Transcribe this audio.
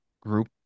group